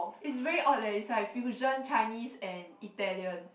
is very odd eh it's like fusion Chinese and Italian